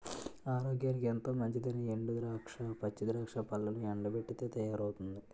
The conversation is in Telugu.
ఆరోగ్యానికి ఎంతో మంచిదైనా ఎండు ద్రాక్ష, పచ్చి ద్రాక్ష పళ్లను ఎండబెట్టితే తయారవుతుంది